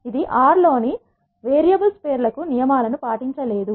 ఇది ఆర్ లోని వేరియబుల్స్ పేర్లకు నియమాలను పాటించలేదు